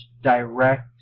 direct